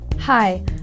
Hi